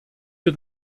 wir